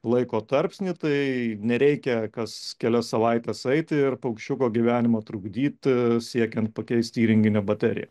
laiko tarpsnį tai nereikia kas kelias savaites eiti ir paukščiuko gyvenimo trukdyt siekiant pakeisti įrenginio bateriją